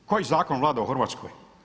Koji zakon vlada u Hrvatskoj?